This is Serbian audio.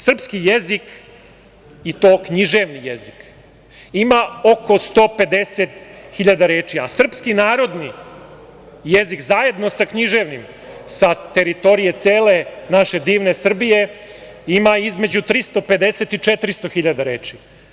Srpski jezik, i to književni jezik ima oko 150.000 reči, a srpski narodni jezik zajedno sa književnim sa teritorije naše cele divne Srbije ima između 350.000 i 400.000 reči.